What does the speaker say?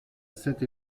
cette